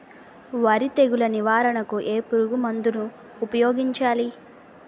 వరి తెగుల నివారణకు ఏ పురుగు మందు ను ఊపాయోగించలి?